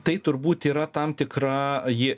tai turbūt yra tam tikra jie